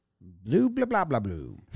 blue-blah-blah-blah-blue